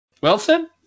Wilson